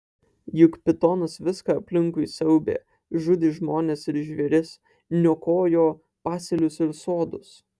juk pitonas viską aplinkui siaubė žudė žmones ir žvėris niokojo pasėlius ir sodus